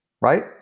right